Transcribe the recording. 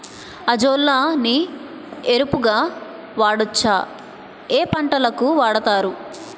Azolla ని ఎరువు గా వాడొచ్చా? ఏ పంటలకు వాడతారు?